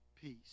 peace